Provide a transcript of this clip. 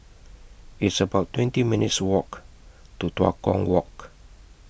It's about twenty minutes' Walk to Tua Kong Walk